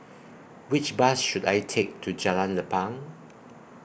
Which Bus should I Take to Jalan Lapang